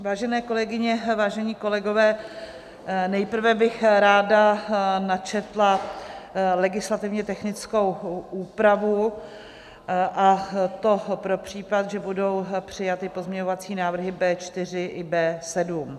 Vážené kolegyně, vážení kolegové, nejprve bych ráda načetla legislativně technickou úpravu, a to pro případ, že budou přijaty pozměňovací návrhy B4 i B7.